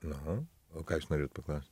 na o ką jūs norėjot paklaust